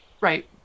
Right